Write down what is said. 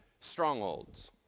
strongholds